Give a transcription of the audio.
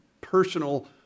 personal